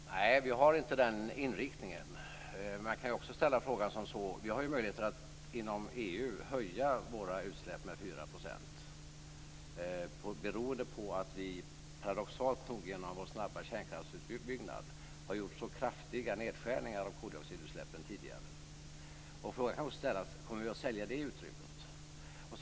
Fru talman! Nej, vi har inte den inriktningen. Man kan också ställa frågan på ett annat sätt. Vi har möjligheter att inom EU höja våra utsläpp med 4 % beroende på att vi, paradoxalt nog genom vår snabba kärnkraftsutbyggnad, har gjort så kraftiga nedskärningar av koldioxidutsläppen tidigare. Frågan om vi kommer att sälja det utrymmet kan också ställas.